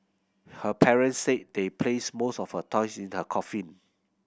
her parents said they placed most of her toys in her coffin